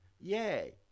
Yay